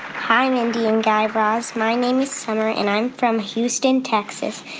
hi, mindy and guy raz. my name is summer, and i'm from houston, texas.